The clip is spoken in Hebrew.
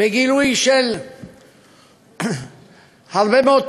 בגילוי של הרבה מאוד תובנה,